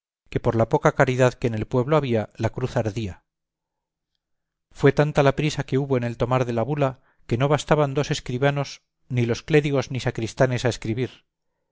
que por la poca caridad que en el pueblo había la cruz ardía fue tanta la prisa que hubo en el tomar de la bula que no bastaban dos escribanos ni los clérigos ni sacristanes a escribir